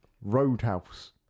Roadhouse